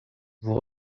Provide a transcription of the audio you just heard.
vous